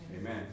amen